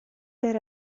per